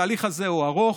התהליך הזה הוא ארוך,